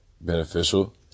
beneficial